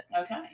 Okay